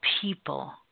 people